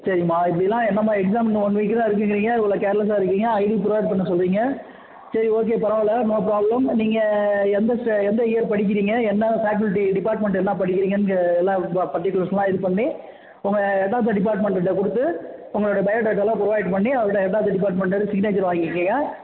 சரிம்மா இப்படில்லாம் என்னம்மா எக்ஸாம் இன்னும் ஒன் வீக் தான் இருக்குங்கிறீங்க இவ்வளோ கேர்லஸ்ஸாக இருக்கீங்க ஐடி ப்ரொவைட் பண்ண சொல்கிறீங்க சரி ஓகே பரவாயில்ல நோ ப்ராப்ளம் நீங்கள் எந்த எந்த இயர் படிக்கிறீங்க என்ன ஃபேக்கல்ட்டி டிபார்ட்மென்ட் என்ன படிக்கிறீங்கன்னு எல்லா பர்டிகுலர்ஸெலாம் இது பண்ணி உங்கள் ஹெட் ஆஃப் த டிபார்ட்மென்ட் கிட்டே கொடுத்து உங்களோட பயோடேட்டாயெலாம் ப்ரொவைட் பண்ணி அதில் ஹெட் ஆஃப் த டிபார்ட்மென்ட் கிட்டே சிக்னேச்சர் வாங்கிக்கோங்க